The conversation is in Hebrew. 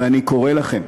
ואני קורא לכם,